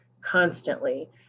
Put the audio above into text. constantly